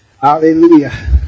Hallelujah